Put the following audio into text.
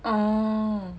oh